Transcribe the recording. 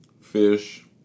fish